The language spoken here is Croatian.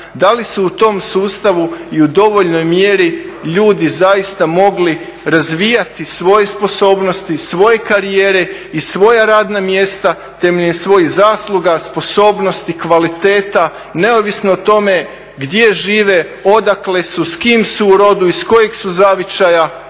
da li su u tom sustavu i u dovoljnoj mjeri ljudi zaista mogli razvijati svoje sposobnosti, svoje karijere i svoja radna mjesta temeljem svojih zasluga, sposobnosti, kvaliteta neovisno o tome gdje žive, odakle su, s kim su u rodu, iz kojeg su zavičaja,